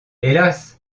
hélas